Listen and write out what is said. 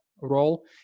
role